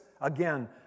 again